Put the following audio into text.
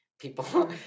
People